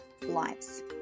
lives